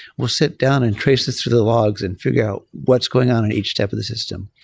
we'll sit down and trace this through the logs and figure out what's going on in each step of the system.